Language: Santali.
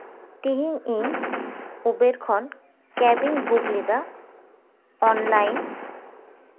ᱛᱮᱦᱤᱧ ᱤᱧ ᱩᱵᱮᱨ ᱠᱷᱚᱱ ᱠᱮᱵ ᱤᱧ ᱵᱩᱠ ᱞᱮᱫᱟ ᱚᱱᱞᱟᱭᱤᱱ